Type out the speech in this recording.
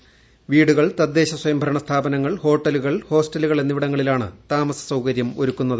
ബ്ലീട്ടുകൾ തദ്ദേശസ്വയം ഭരണ സ്ഥാപനങ്ങൾ ഹോട്ടലുകൾ ഹോസ്റ്റലുകീൾ എന്നിവിടങ്ങളിലാണ് താമസ സൌകര്യം ഒരുക്കുന്നത്